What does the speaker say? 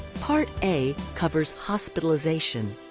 part a covers hospitalization.